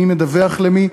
מי מדווח למי,